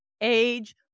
age